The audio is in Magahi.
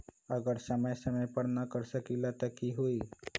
अगर समय समय पर न कर सकील त कि हुई?